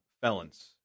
felons